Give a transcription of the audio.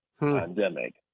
pandemic